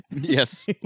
Yes